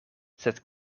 sed